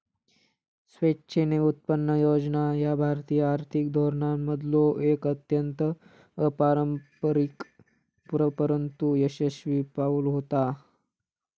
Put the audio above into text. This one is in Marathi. स्वेच्छेने उत्पन्न योजना ह्या भारतीय आर्थिक धोरणांमधलो एक अत्यंत अपारंपरिक परंतु यशस्वी पाऊल होता